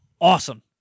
awesome